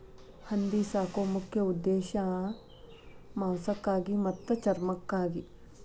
ಹಂದಿ ಸಾಕು ಮುಖ್ಯ ಉದ್ದೇಶಾ ಮಾಂಸಕ್ಕಾಗಿ ಮತ್ತ ಚರ್ಮಕ್ಕಾಗಿ